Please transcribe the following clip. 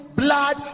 blood